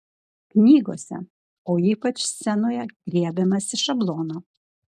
knygose o ypač scenoje griebiamasi šablono